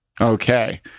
Okay